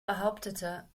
behauptete